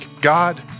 God